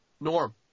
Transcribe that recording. Norm